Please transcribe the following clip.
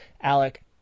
Alec